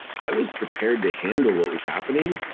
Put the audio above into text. i was prepared to handle what was happening,